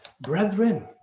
Brethren